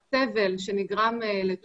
לשמור על איכות החיים,